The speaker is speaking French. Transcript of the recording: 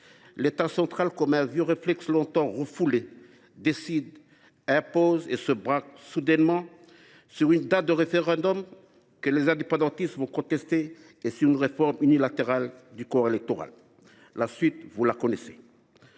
l’État central, comme s’il cédait à un vieux réflexe longtemps refoulé, décide, impose et se braque soudainement sur une date de référendum que les indépendantistes contestent, ainsi que sur une réforme unilatérale du corps électoral. La suite, vous la connaissez…